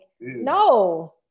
no